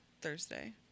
Thursday